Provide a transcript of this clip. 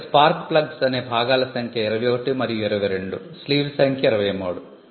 ఇక్కడ spark plugs అనే భాగాల సంఖ్య 21 మరియు 22 స్లీవ్ సంఖ్య 23